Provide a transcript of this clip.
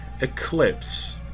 Eclipse